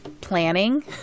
planning